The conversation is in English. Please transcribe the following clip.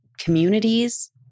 communities